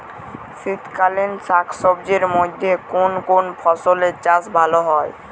শীতকালীন শাকসবজির মধ্যে কোন কোন ফসলের চাষ ভালো হয়?